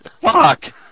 Fuck